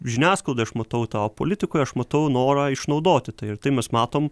žiniasklaidoj aš matau tą o politikoj aš matau norą išnaudoti tai ir tai mes matom